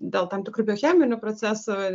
dėl tam tikrų biocheminių procesų